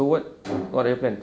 so what what your plans